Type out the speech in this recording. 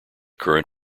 current